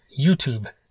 youtube